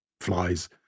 flies